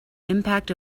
impact